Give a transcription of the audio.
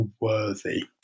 worthy